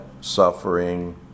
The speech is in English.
suffering